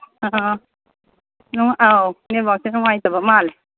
ꯑ ꯑꯧ ꯅꯦꯠꯋꯥꯛꯁꯦ ꯅꯨꯡꯉꯥꯏꯇꯕ ꯃꯥꯜꯂꯦ